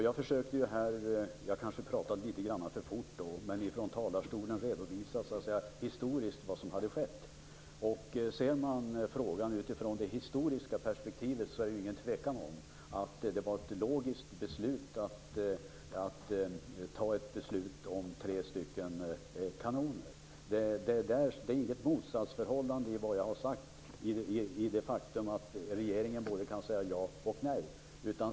Jag kanske talade litet grand för fort, men jag försökte från talarstolen att redovisa vad som har skett historiskt. Ser man frågan utifrån det historiska perspektivet är det ju ingen tvekan om att beslutet om tre kanoner var logiskt. Det finns inget motsatsförhållande i vad jag har sagt med tanke på det faktum att regeringen kan säga ja eller nej.